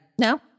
no